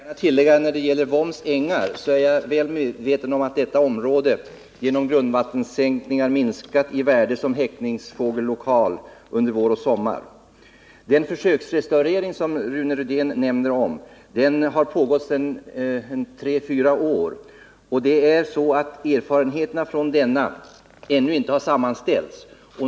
Herr talman! När det gäller Vombs ängar är jag väl medveten om att detta område genom grundvattenssänkningar minskat i värde som häckningsfågellokal under vår och sommar. Den försöksrestaurering som Rune Rydén nämner har pågått under 3-4 år. Erfarenheterna från denna har ännu inte sammanställts.